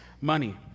money